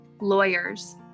lawyers